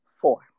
four